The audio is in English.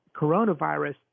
coronavirus